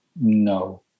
No